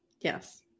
Yes